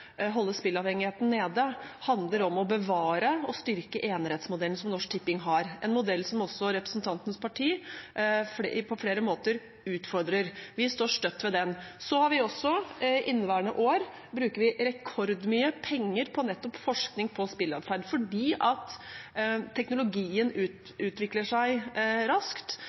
holde spilleavhengigheten nede, handler om å bevare og styrke enerettsmodellen som Norsk Tipping har, en modell som også representantens parti på flere måter utfordrer. Vi står støtt ved den. I inneværende år bruker vi rekordmye penger på nettopp forskning på spilleadferd fordi teknologien utvikler seg raskt.